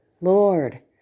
Lord